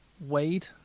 Wade